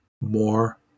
more